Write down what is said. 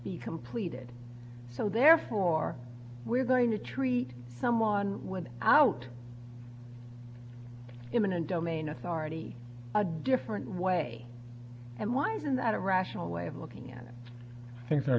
be completed so therefore we're going to treat someone went out imminent domain authority a different way and why isn't that a rational way of looking at things